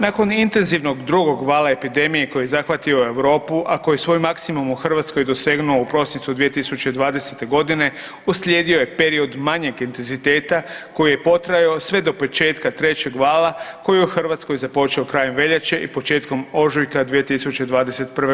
Nakon intenzivnog drugog vala epidemije koji je zahvatio Europu, a koji je svoj maksimum u Hrvatskoj dosegnuo u prosincu 2020.g. uslijedio je period manjeg intenziteta koji je potrajao sve do početka trećeg vala koji je u Hrvatskoj započeo krajem veljače i početkom ožujka 2021.